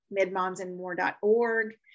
midmomsandmore.org